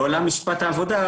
בעולם משפט העבודה,